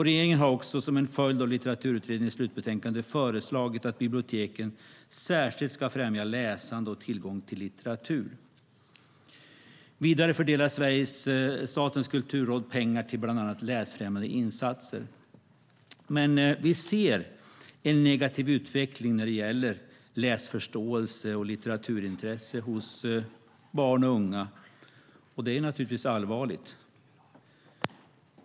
Regeringen har, som en följd av Litteraturutredningens slutbetänkande, föreslagit att biblioteken särskilt ska främja läsande och tillgång till litteratur. Vidare fördelar Statens kulturråd pengar till bland annat läsfrämjande insatser. Men vi ser en negativ utveckling när det gäller läsförståelse och litteraturintresse hos barn och unga, och det är naturligtvis allvarligt.